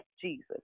Jesus